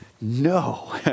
No